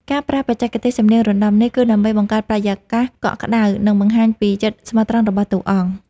ការប្រើបច្ចេកទេសសំនៀងសណ្តំនេះ គឺដើម្បីបង្កើតបរិយាកាសកក់ក្តៅ និងបង្ហាញពីចិត្តស្មោះត្រង់របស់តួអង្គ។